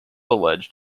alleged